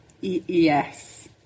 yes